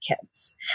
kids